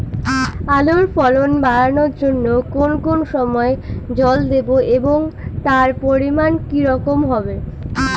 আলুর ফলন বাড়ানোর জন্য কোন কোন সময় জল দেব এবং তার পরিমান কি রকম হবে?